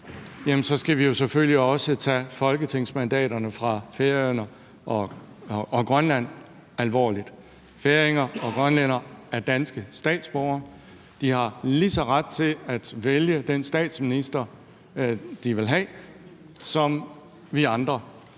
skal vi jo selvfølgelig også tage folketingsmandaterne fra Færøerne og Grønland alvorligt. Færinger og grønlændere er danske statsborgere, og de har lige så meget ret til at vælge den statsminister, de vil have, som os andre.